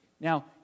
Now